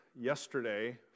yesterday